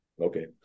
Okay